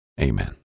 Amen